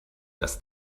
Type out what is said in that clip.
dass